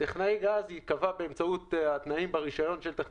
לטכנאי גז זה ייקבע בתנאי הרישיון.